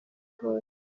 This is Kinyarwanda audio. hose